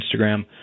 Instagram